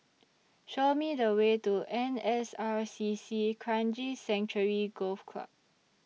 Show Me The Way to N S R C C Kranji Sanctuary Golf Club